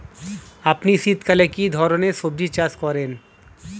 আপনি শীতকালে কী ধরনের সবজী চাষ করেন?